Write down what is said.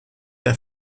der